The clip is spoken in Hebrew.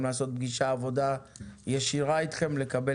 לעשות איתכם פגישת עבודה ישירה איתכם כדי לקבל